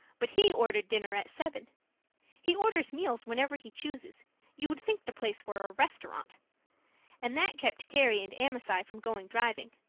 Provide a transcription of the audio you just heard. but he ordered dinner at seven he orders meals whenever he chooses you would think the place were a restaurant and that kept carrie and amasai from going driving.